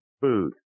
food